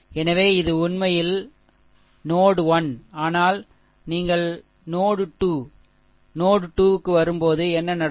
எனவே இது உண்மையில் முனை 1 ஆனால் நீங்கள் முனை 2 முனை 2 க்கு வரும்போது என்ன நடக்கும்